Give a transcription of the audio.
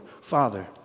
father